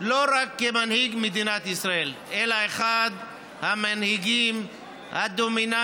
לא רק כמנהיג מדינת ישראל אלא אחד המנהיגים הדומיננטיים,